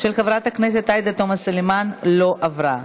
של חברת הכנסת עאידה תומא סלימאן לא עברה.